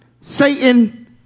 Satan